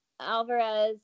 Alvarez